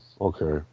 Okay